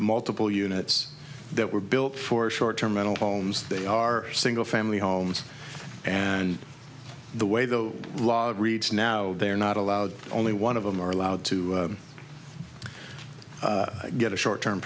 multiple units that were built for short term mental homes they are single family homes and the way the law reads now they are not allowed only one of them are allowed to get a short term